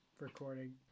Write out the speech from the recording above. recording